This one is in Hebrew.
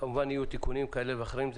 כמובן שיהיו תיקונים כאלה ואחרים,